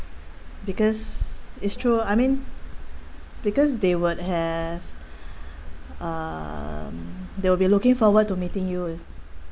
because it's true I mean because they would have uh um they will be looking forward to meeting you with